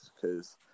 Cause